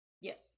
Yes